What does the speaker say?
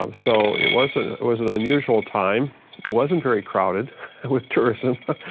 um so it was ah it was an unusual time. it wasn't very crowded with tourism.